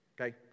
okay